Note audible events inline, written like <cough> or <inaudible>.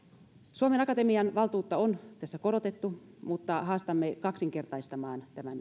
suomen akatemian valtuutta on tässä korotettu mutta haastamme kaksinkertaistamaan tämän <unintelligible>